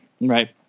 right